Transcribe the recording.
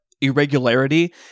irregularity